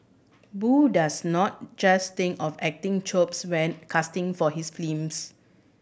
Boo does not just think of acting chops when casting for his